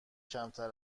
کمتر